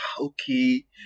okay